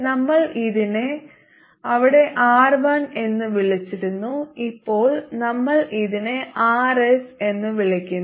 നമ്മൾ ഇതിനെ അവിടെ R1 എന്ന് വിളിച്ചിരുന്നു ഇപ്പോൾ നമ്മൾ ഇതിനെ Rs എന്ന് വിളിക്കുന്നു